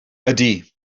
ydy